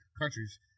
countries